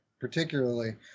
particularly